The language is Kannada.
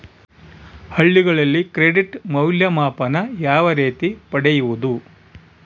ಹಳ್ಳಿಗಳಲ್ಲಿ ಕ್ರೆಡಿಟ್ ಮೌಲ್ಯಮಾಪನ ಯಾವ ರೇತಿ ಪಡೆಯುವುದು?